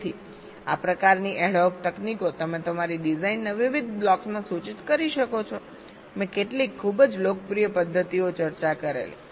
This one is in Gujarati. તેથી આ પ્રકારની એડહોક તકનીકો તમે તમારી ડિઝાઇનના વિવિધ બ્લોક્સમાં સૂચિત કરી શકો છો મેં કેટલીક ખૂબ જ લોકપ્રિય પદ્ધતિઓ ચર્ચા કરેલી